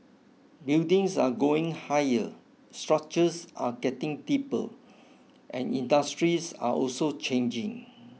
buildings are going higher structures are getting deeper and industries are also changing